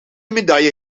medaille